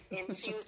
infuse